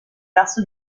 tasso